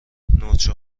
نوچه